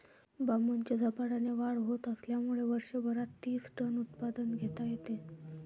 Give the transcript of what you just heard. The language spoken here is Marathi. बांबूची झपाट्याने वाढ होत असल्यामुळे वर्षभरात तीस टन उत्पादन घेता येते